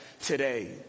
today